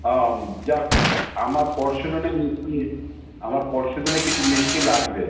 ওম যাক আমার পরশু দিনে মিষ্টি আমার পরশু দিনে কিছু মিষ্টি লাগবে